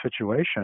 situation